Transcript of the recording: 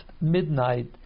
midnight